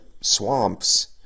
swamps